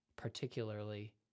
particularly